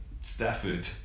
Stafford